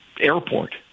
airport